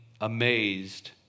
amazed